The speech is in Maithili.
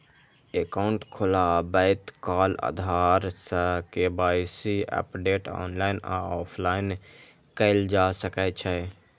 एकाउंट खोलबैत काल आधार सं के.वाई.सी अपडेट ऑनलाइन आ ऑफलाइन कैल जा सकै छै